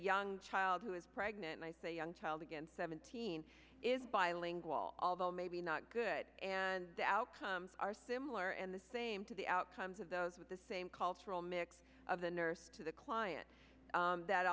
young child who is pregnant i say a young child again seventeen is bilingual although maybe not good and the outcomes are similar and the same to the outcomes of those with the same cultural mix of the nurse to the client that